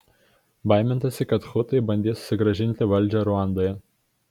baimintasi kad hutai bandys susigrąžinti valdžią ruandoje